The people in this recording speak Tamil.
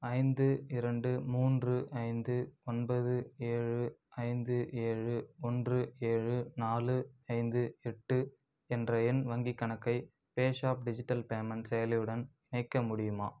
ஐந்து இரண்டு மூன்று ஐந்து ஒன்பது ஏழு ஐந்து ஏழு ஒன்று ஏழு நாலு ஐந்து எட்டு என்ற எண் வங்கிக் கணக்கை பேஸாப் டிஜிட்டல் பேமெண்ட் செயலியுடன் இணைக்க முடியுமா